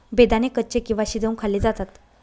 बेदाणे कच्चे किंवा शिजवुन खाल्ले जातात